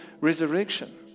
resurrection